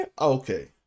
Okay